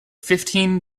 fifteen